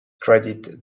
credit